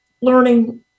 learning